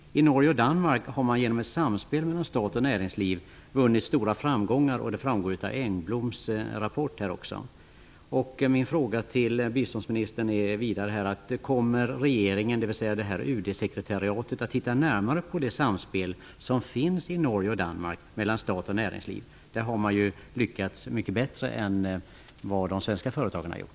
I Norge och Danmark har man genom ett samspel mellan stat och näringsliv vunnit stora framgångar, vilket framgår av Göran Engbloms rapport. Min fråga till biståndsministern är: Kommer regeringen, dvs. UD-sekretariatet, att se närmare på det samspel mellan stat och näringsliv som finns i Danmark och Norge? Där har man ju lyckats mycket bättre än vad de svenska företagen har gjort.